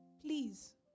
Please